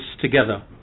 together